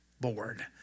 board